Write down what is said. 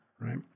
right